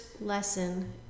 lesson